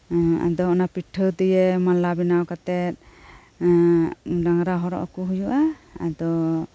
ᱟᱫᱚ ᱚᱱᱟ ᱯᱤᱴᱷᱟᱹ ᱫᱤᱭᱮ ᱢᱟᱞᱟ ᱵᱮᱱᱟᱣ ᱠᱟᱛᱮᱜᱰᱟᱝᱨᱟ ᱦᱚᱨᱚᱜ ᱟᱠᱩ ᱦᱩᱭᱩᱜᱼᱟ ᱟᱫᱚ